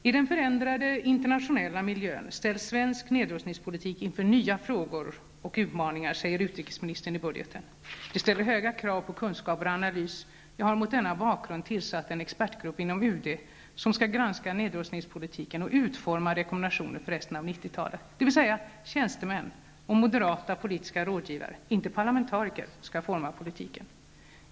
I den förändrade internationella miljön ställs svensk nedrustningspolitik inför nya frågor och utmaningar, säger utrikesministern i budgeten. ''Det ställer höga krav på kunskaper och analys. Jag har mot denna bakgrund tillsatt en expertgrupp inom UD som skall granska nedrustningspolitiken och utforma rekommendationer för resten av 90-talet.'' Det betyder att tjänstemän och moderata politiska rådgivare, inte parlamentariker, skall forma politiken.